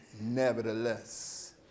Nevertheless